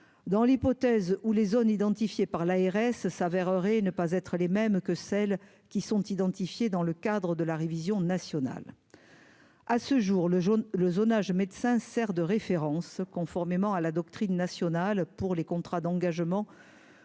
dans l'hypothèse où les zones identifiées par l'ARS s'avérerait et ne pas être les mêmes que celles qui sont identifiés dans le cadre de la révision nationale à ce jour, le jaune, le zonage médecin sert de référence, conformément à la doctrine nationale pour les contrats d'engagement